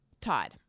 Todd